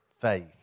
faith